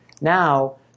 now